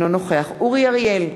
אינו נוכח אורי אריאל,